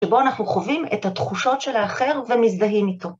שבו אנחנו חווים את התחושות של האחר ומזדהים איתו.